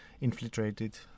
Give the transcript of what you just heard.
infiltrated